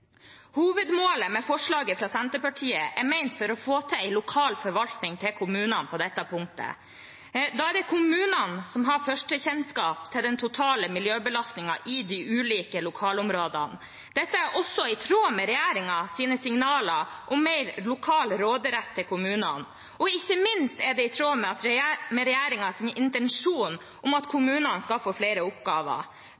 Hovedmålet med forslaget fra Arbeiderpartiet og Senterpartiet er å få til en lokal forvaltning til kommunene på dette punktet. Da er det kommunene som har førstekjennskap til den totale miljøbelastningen i de ulike lokalområdene. Dette er også i tråd med regjeringens signaler om mer lokal råderett til kommunene, og ikke minst er det i tråd med regjeringens intensjon om at